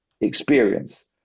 experience